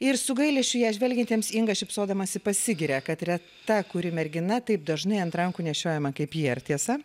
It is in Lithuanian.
ir su gailesčiu į ją žvelgiantiems inga šypsodamasi pasigiria kad reta kuri mergina taip dažnai ant rankų nešiojama kaip ji ar tiesa